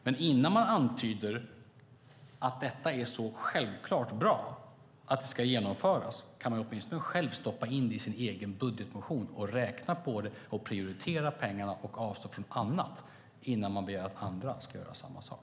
Men innan man antyder att detta är så självklart bra att det ska genomföras kan man åtminstone själv stoppa in det i sin egen budgetmotion och räkna på det och prioritera pengar och avstå från annat - innan man begär att andra ska göra samma sak.